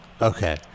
Okay